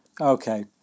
Okay